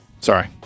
Sorry